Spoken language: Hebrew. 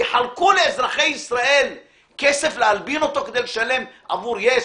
יחלקו לאזרחי ישראל כסף להלבין אותו כדי לשלם עבור יס,